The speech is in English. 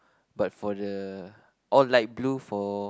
but for the all light blue for